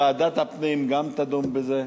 וגם ועדת הפנים תדון בזה.